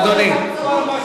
אדוני, זו שחצנות.